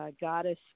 goddess